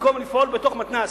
במקום לפעול בתוך מתנ"ס,